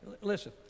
Listen